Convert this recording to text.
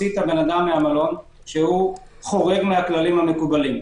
את האדם מהמלון כשהוא חורג מהכללים המקובלים.